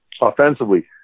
offensively